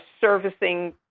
servicing